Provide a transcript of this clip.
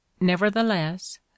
Nevertheless